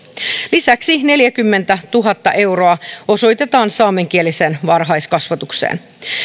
lisäksi neljäkymmentätuhatta euroa osoitetaan saamenkieliseen varhaiskasvatukseen